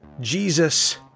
Jesus